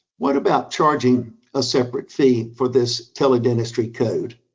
what about charging a separate fee for this tele-dentistry code?